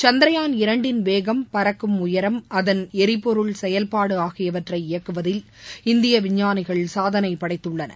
சந்த்ரயான் இரண்டின் வேகம் பறக்கும் உயரம் அதன் எரிபொருள் செயல்பாடு ஆகியவற்றை இயக்குவதில் இந்திய விஞ்ஞானிகள் சாதனை படைத்துள்ளனர்